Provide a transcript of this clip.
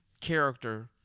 character